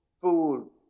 food